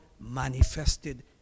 manifested